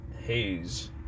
Haze